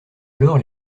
alors